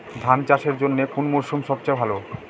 ধান চাষের জন্যে কোন মরশুম সবচেয়ে ভালো?